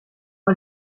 ein